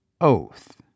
oath